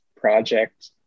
project